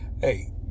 Hey